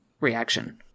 reaction